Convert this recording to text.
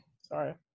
Sorry